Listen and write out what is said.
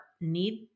need